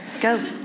go